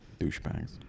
Douchebags